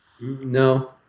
No